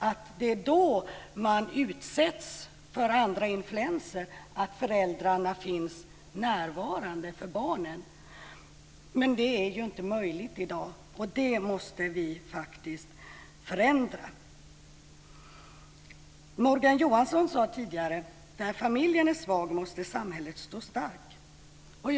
Det är då, när man utsätts för olika influenser, som det är viktigt att föräldrarna är närvarande för barnen, men det är ju i dag inte möjligt. Det måste vi faktiskt förändra. Morgan Johansson sade tidigare att när familjen är svag måste samhället stå starkt.